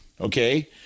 okay